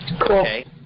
okay